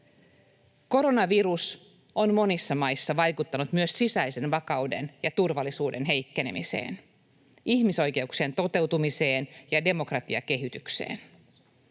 Koronavirus on monissa maissa vaikuttanut myös sisäiseen vakauden ja turvallisuuden heikkenemiseen, ihmisoikeuksien toteutumiseen ja demokratiakehitykseen.